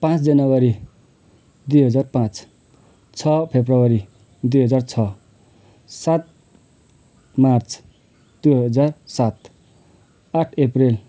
पाँच जनवरी दुई हजार पाँच छ फेब्रुअरी दुई हजार छ सात मार्च दुई हजार सात आठ अप्रेल